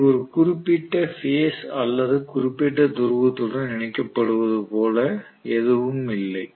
இது ஒரு குறிப்பிட்ட பேஸ் அல்லது குறிப்பிட்ட துருவத்துடன் இணைக்கப்படுவது போல எதுவும் இல்லை